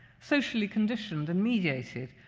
socially conditioned and mediated,